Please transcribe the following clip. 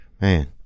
Man